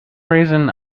reason